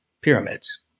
pyramids